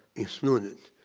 excluded.